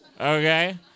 okay